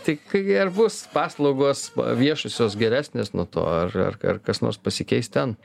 tik kai ar bus paslaugos viešosios geresnės nuo to ar ar ar kas nors pasikeis ten